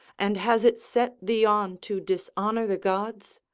and has it set thee on to dishonour the gods?